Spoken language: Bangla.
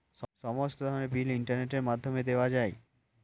সমস্ত ধরনের বিল ইন্টারনেটের মাধ্যমে দেওয়া যায়